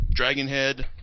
Dragonhead